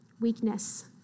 weakness